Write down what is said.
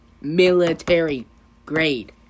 Military-grade